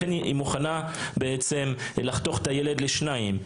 לכן היא מוכנה לחתוך אותו לשניים.